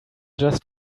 just